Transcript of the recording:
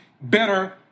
better